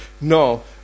No